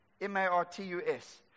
M-A-R-T-U-S